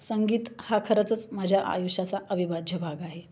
संगीत हा खरंचच माझ्या आयुष्याचा अविभाज्य भाग आहे